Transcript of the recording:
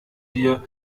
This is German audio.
wir